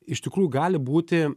iš tikrųjų gali būti